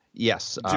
Yes